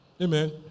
Amen